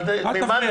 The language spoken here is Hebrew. אבל אתם מימנתם